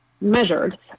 measured